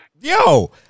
Yo